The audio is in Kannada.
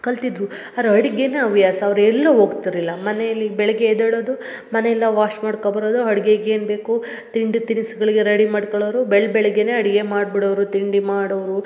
ಕಲ್ತಿದ್ದರು ಅವ್ರ ಅಡ್ಗೆನೆ ಹವ್ಯಾಸ ಅವ್ರ ಎಲ್ಲು ಹೋಗ್ತಿರ್ಲಿಲ್ಲ ಮನೆಯಲ್ಲಿ ಬೆಳಗ್ಗೆ ಎದೊಳದು ಮನೆ ಎಲ್ಲ ವಾಶ್ ಮಾಡ್ಕ ಬರದು ಅಡ್ಗೆಗ ಏನು ಬೇಕು ತಿಂಡಿ ತಿನಿಸುಗಳಿಗೆ ರೆಡಿ ಮಾಡ್ಕೊಳೋರು ಬೆಳ್ ಬೆಳಗ್ಗೆನೆ ಅಡ್ಗೆ ಮಾಡಿ ಬಿಡೋರು ತಿಂಡಿ ಮಾಡೋರು